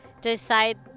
decide